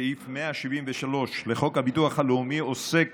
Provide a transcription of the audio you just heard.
סעיף 173 לחוק הביטוח הלאומי עוסק